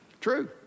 True